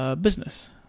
business